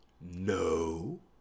No